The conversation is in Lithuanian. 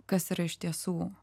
kas yra iš tiesų